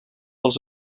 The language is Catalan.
dels